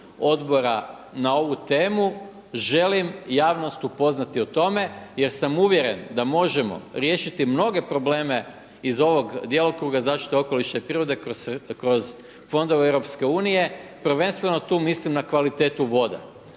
Odbora na ovu temu. Želim javnost upoznati o tome jer sam uvjeren da možemo riješiti mnoge probleme iz ovog djelokruga zaštite okoliša i prirode, kroz fondove EU. Prvenstveno tu mislim na kvalitetu vode.